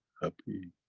happy,